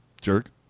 Jerk